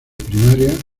primaria